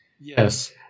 Yes